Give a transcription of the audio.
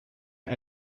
and